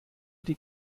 die